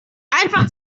einfach